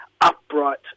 upright